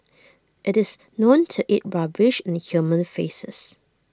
it's known to eat rubbish and human faeces